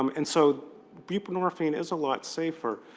um and so buprenorphine is a lot safer.